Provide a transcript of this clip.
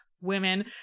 women